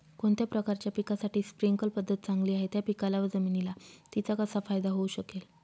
कोणत्या प्रकारच्या पिकासाठी स्प्रिंकल पद्धत चांगली आहे? त्या पिकाला व जमिनीला तिचा कसा फायदा होऊ शकेल?